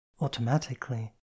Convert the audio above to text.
Automatically